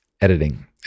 editing